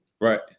right